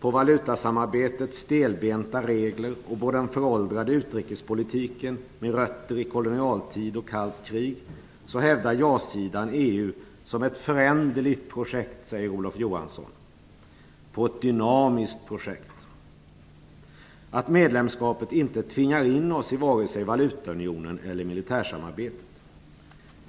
på valutasamarbetets stelbenta regler och på den föråldrade utrikespolitiken med rötter i kolonialtiden och i det kalla kriget hävdar ja-sidan att EU är ett dynamiskt projekt - Olof Johansson säger att det är ett föränderligt projekt - och att medlemskapet inte tvingar in oss i vare sig valutaunionen eller militärsamarbetet.